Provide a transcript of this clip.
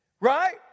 Right